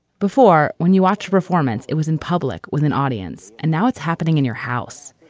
before, when you watched a performance, it was in public with an audience and now it's happening in your house.